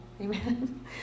Amen